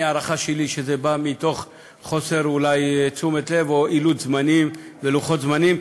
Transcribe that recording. ההערכה שלי שזה בא אולי מתוך חוסר תשומת לב או אילוץ של לוחות זמנים,